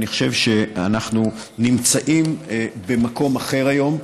אני חושב שאנחנו נמצאים במקום אחר היום,